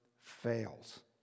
fails